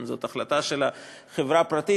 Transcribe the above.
זאת החלטה של חברה פרטית.